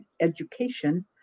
education